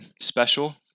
special